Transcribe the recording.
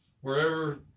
wherever